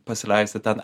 pasileisti ten